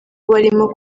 barimo